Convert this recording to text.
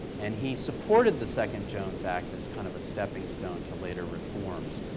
and he supported the second jones act as kind of a stepping stone to later reforms.